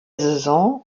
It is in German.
saison